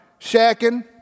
shacking